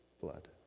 blood